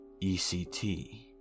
ECT